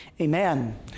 Amen